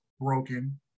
broken